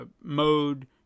mode